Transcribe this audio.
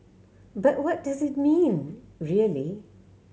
but what does it mean really